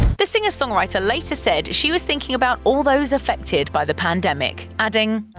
the singer-songwriter later said she was thinking about all those affected by the pandemic, adding,